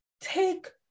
take